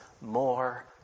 more